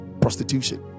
prostitution